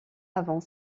avant